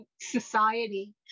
society